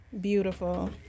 Beautiful